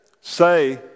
say